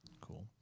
Cool